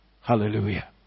Hallelujah